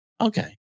Okay